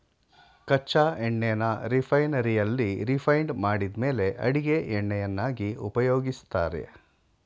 ಕಚ್ಚಾ ಎಣ್ಣೆನ ರಿಫೈನರಿಯಲ್ಲಿ ರಿಫೈಂಡ್ ಮಾಡಿದ್ಮೇಲೆ ಅಡಿಗೆ ಎಣ್ಣೆಯನ್ನಾಗಿ ಉಪಯೋಗಿಸ್ತಾರೆ